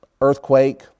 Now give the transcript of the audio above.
earthquake